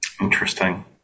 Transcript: Interesting